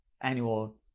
annual